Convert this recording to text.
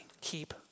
Keep